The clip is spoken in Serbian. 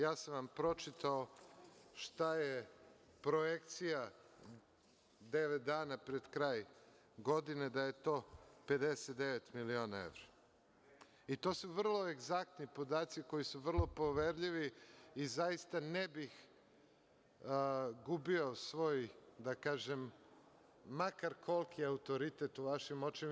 Ja sam vam pročitao šta je projekcija devet dana pred kraj godine, da je to 59 miliona evra i to su vrlo egzaktni podaci koji su vrlo poverljivi i zaista ne bih gubio svoj, da kažem, makar koliki, autoritet u vašim očima.